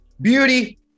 Beauty